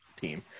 team